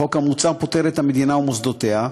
החוק המוצע פוטר את המדינה ומסודותיה,